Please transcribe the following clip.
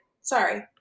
Sorry